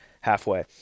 halfway